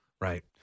right